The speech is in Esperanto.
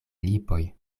lipoj